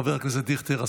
חבר הכנסת דיכטר,